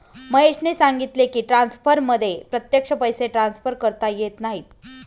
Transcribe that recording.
महेशने सांगितले की, ट्रान्सफरमध्ये प्रत्यक्ष पैसे ट्रान्सफर करता येत नाहीत